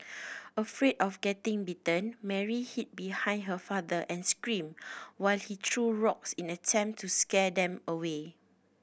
afraid of getting bitten Mary hid behind her father and screamed while he threw rocks in an attempt to scare them away